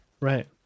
right